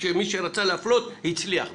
מי שרצה להפלות הצליח בזה.